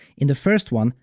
in the first one,